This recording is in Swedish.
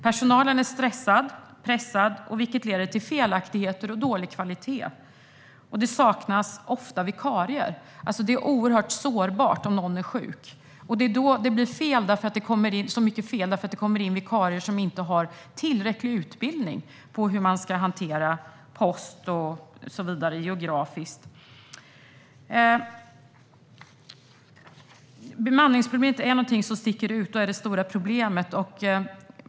Personalen är stressad och pressad, vilket leder till felaktigheter och dålig kvalitet. Det saknas ofta vikarier, så det är alltså oerhört sårbart om någon är sjuk. Det är då det blir fel, eftersom det kommer in vikarier som inte har tillräcklig utbildning på hur man ska hantera posten geografiskt. Bemanningen är något som sticker ut som det stora problemet.